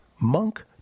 Monk